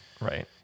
right